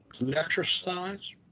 exercise